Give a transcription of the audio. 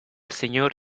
señor